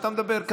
אתה מדבר.